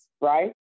Right